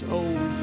old